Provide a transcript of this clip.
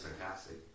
sarcastic